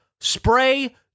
spray